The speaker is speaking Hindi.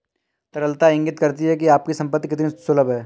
तरलता इंगित करती है कि आपकी संपत्ति कितनी सुलभ है